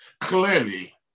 clearly